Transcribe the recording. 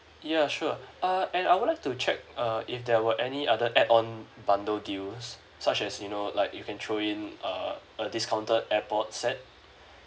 ya sure err and I would like to check uh if there were any other add-on bundle deals such as you know like you can throw in a a discounted airpod set